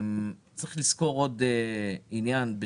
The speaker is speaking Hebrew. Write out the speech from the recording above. צריך לזכור עוד עניין,